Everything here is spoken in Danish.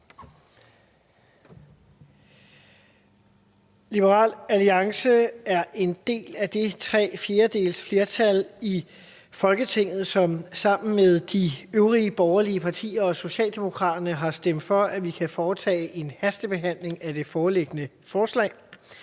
Liberal Alliance er en del af det tre fjerdedeles flertal i Folketinget, som sammen med de øvrige borgerlige partier og Socialdemokraterne har stemt for, at vi kan foretage en hastebehandling af det foreliggende forslag.